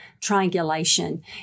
triangulation